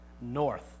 north